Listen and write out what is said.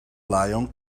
lion